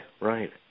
right